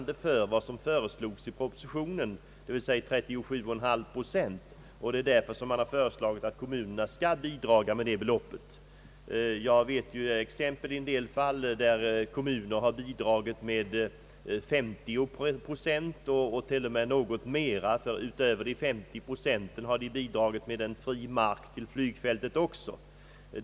Detta har varit vägledande för propositionens förslag om kommunalt bidrag med 37,9 procent. Jag vet att kommuner i en del fall har lämnat bidrag med 50 procent och t.o.m. något mer, eftersom man utöver de 50 procenten har ställt fri mark till förfogande.